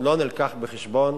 בחשבון